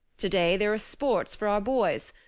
today there are sports for our boys.